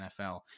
NFL